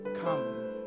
Come